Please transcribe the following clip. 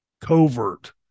covert